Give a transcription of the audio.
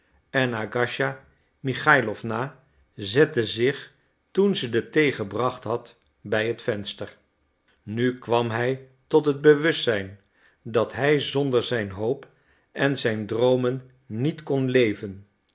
en agasija michailowna zette zich toen ze de thee gebracht had bij het venster nu kwam hij tot het bewustzijn dat hij zonder zijn hoop en zijn droomen niet kon leven